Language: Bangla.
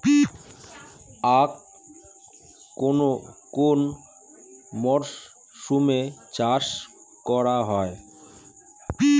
আখ কোন মরশুমে চাষ করা হয়?